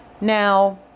Now